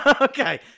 Okay